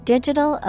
Digital